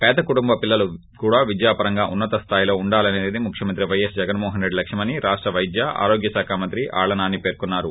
పేద కుటుంబ పిల్లలు కూడా విద్యాపరంగా ఉన్నత స్థాయిలో ఉండాలనేది ముఖ్యమంత్రి పైఎస్ జగన్మోహన్రెడ్డి లక్ష్యమని రాష్ట్ర వైద్య ఆరోగ్యశాఖ మంత్రి ఆళ్లో నాని పేర్కొన్నారు